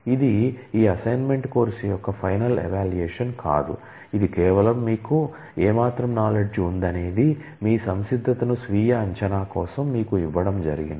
ఇది కేవలం మీకు ఏ మాత్రం నాలెడ్జి ఉందనేది మీ సంసిద్ధతను స్వీయ అంచనా కోసం మీకు ఇవ్వడం జరిగింది